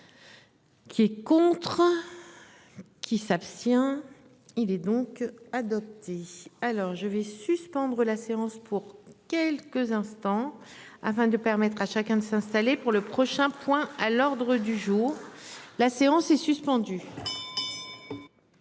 Qui est contre. Qui s'abstient. Il est donc adopté alors je vais suspendre la séance pour quelques instants afin de permettre à chacun de s'installer pour le prochain point à l'ordre du jour. La séance est suspendue.